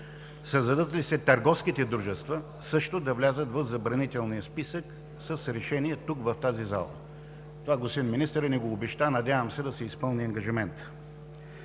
създадат ли се търговските дружества, също да влязат в забранителния списък с решение тук, в тази зала. Това господин министърът ни го обеща и се надявам да си изпълни ангажимента.